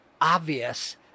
obvious